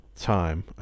Time